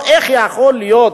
איך זה יכול להיות?